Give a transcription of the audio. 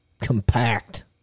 compact